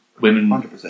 women